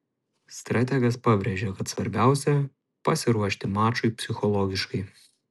strategas pabrėžė kad svarbiausia pasiruošti mačui psichologiškai